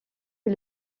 est